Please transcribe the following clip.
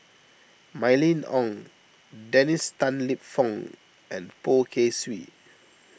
Mylene Ong Dennis Tan Lip Fong and Poh Kay Swee